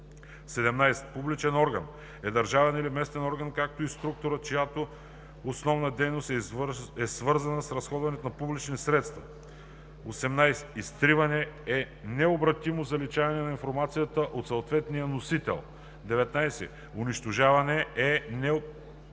17. „Публичен орган“ е държавен или местен орган, както и структура, чиято основна дейност е свързана с разходване на публични средства. 18. „Изтриване“ е необратимо заличаване на информацията от съответния носител. 19. „Унищожаване“ е необратимо